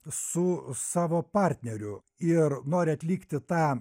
su savo partneriu ir nori atlikti tą